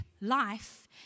life